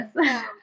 Yes